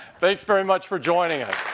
thanks very much for joining us.